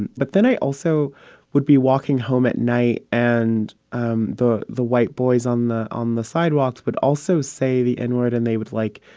and but then i also would be walking home at night, and um the the white boys on the on the sidewalks would also say the n-word. and they would, like,